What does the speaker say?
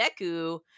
Deku